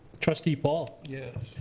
trustee paul? yes.